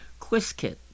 QuizKit